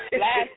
Last